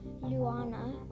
luana